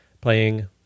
playing